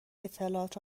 اطلاعات